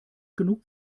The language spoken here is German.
genug